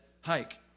hike